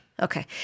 Okay